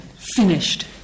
Finished